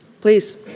Please